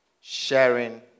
sharing